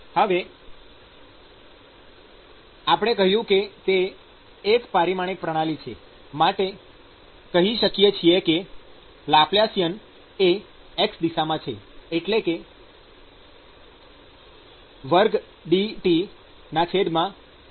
પછી આપણે કહ્યું કે તે એક પરિમાણિક પ્રણાલી છે માટે કહી શકીએ છીએ કે લાપ્લાસિયન એ x દિશામાં છે એટલે કે d 2 T d x 2